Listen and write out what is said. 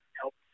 help